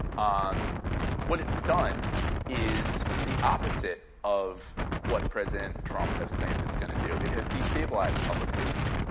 um what it's done is the opposite of what president trump has claimed it's going to do. it has destabilize public safety.